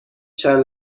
چند